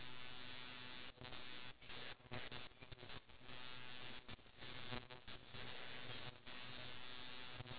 ya like yesterday when I was going to the toilet you wanted then I was a bit far and then you wanted to tell me that you